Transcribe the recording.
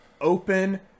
open